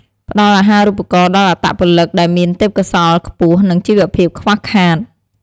ផ្ដល់អាហារូបករណ៍ដល់អត្តពលិកដែលមានទេពកោសល្យខ្ពស់ និងជីវភាពខ្វះខាត។